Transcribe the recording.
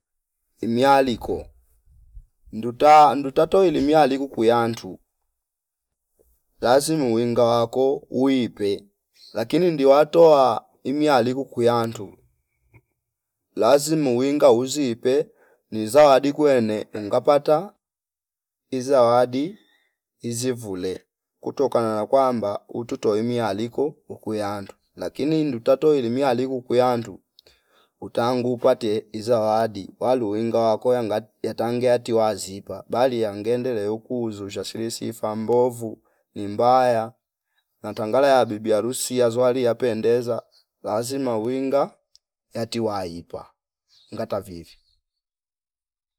Inialiko nduta ndutata woili mialiku kuyantu lazima uwinga wako uwipe lakini ndiwatoa inialiku kuyantu lazima uwinga uzipe ni zawadi kwene ngapata iawadi izifule kutokana na kwamba utoto oi mialiko ukuyandu lakini ndutatoili mialiku kuyandu utangu upate izwadi valu winga wako yangat yatanga yati wazipa bali yangendele ukuzo shasilisifaa mbovu ni mbaya na tangala ya bibi harusi yazuali yapendeza lazima winga yati waipa ngata vivi